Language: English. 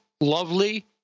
lovely